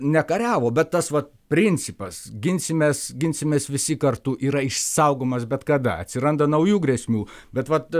nekariavo bet tas va principas ginsimės ginsimės visi kartu yra išsaugomas bet kada atsiranda naujų grėsmių bet vat